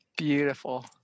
Beautiful